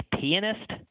pianist